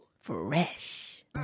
Fresh